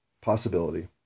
possibility